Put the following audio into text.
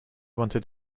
wanted